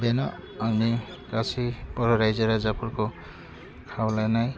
बेनो आंनि गासै बर' राज्यो राजाफोरखौ खावलायनाय